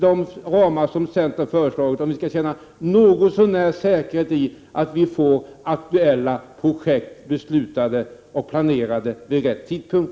De ramar som centern föreslagit behövs, om vi skall känna oss något så när säkra på att vi får aktuella projekt planerade och beslutade vid rätt tidpunkt.